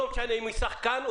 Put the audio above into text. לא משנה אם שחקן,